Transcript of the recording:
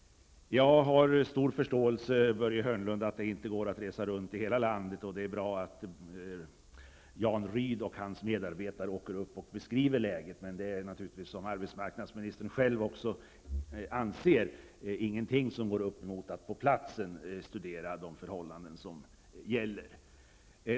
Jag har, Börje Hörnlund, stor förståelse för att det inte går att resa runt i hela landet, och det är bra att Jan Rydh och hans medarbetare åker hit för att beskriva läget. Men som arbetsmarknadsministern själv anser går naturligtvis ingenting upp mot att på platsen studera de förhållanden som råder.